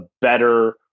better